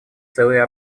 целые